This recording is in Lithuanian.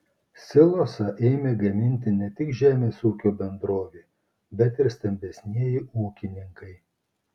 silosą ėmė gaminti ne tik žemės ūkio bendrovė bet ir stambesnieji ūkininkai